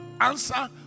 answer